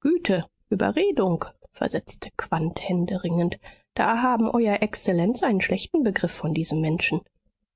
güte überredung versetzte quandt händeringend da haben euer exzellenz einen schlechten begriff von diesem menschen